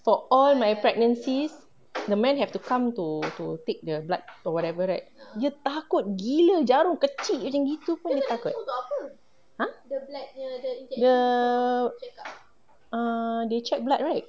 for all my pregnancies the man have to come to to take their blood or whatever right dia takut gila jarum kecil macam gitu pun dia takut !huh! the err they check blood right